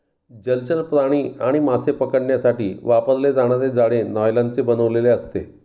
जलचर प्राणी आणि मासे पकडण्यासाठी वापरले जाणारे जाळे नायलॉनचे बनलेले असते